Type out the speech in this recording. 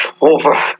over